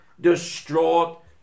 distraught